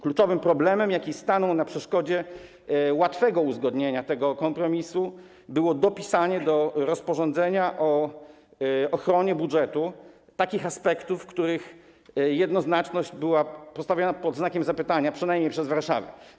Kluczowym problemem, jaki stanął na przeszkodzie łatwemu uzgodnieniu tego kompromisu, było dopisanie do rozporządzenia o ochronie budżetu takich aspektów, których jednoznaczność była postawiona pod znakiem zapytania, przynajmniej przez Warszawę.